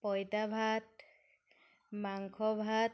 পইতা ভাত মাংস ভাত